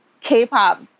K-pop